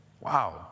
wow